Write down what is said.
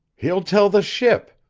he'll tell the ship.